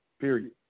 period